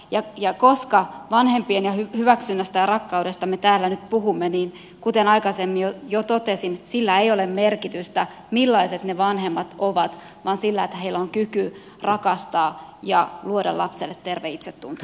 ja koska vanhempien hyväksynnästä ja rakkaudesta me täällä nyt puhumme niin kuten aikaisemmin jo totesin sillä ei ole merkitystä millaiset ne vanhemmat ovat vaan sillä että heillä on kyky rakastaa ja luoda lapselle terve itsetunto